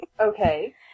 Okay